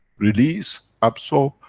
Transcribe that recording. release, absorb,